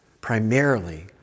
primarily